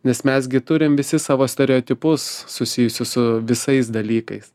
nes mes gi turim visi savo stereotipus susijusius su visais dalykais